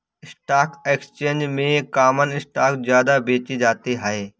stock exchange में common stock ज्यादा बेचे जाते है